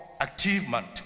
achievement